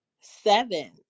seven